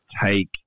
take